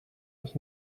mich